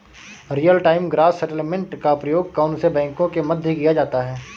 Real time gross settlement का प्रयोग कौन से बैंकों के मध्य किया जाता है?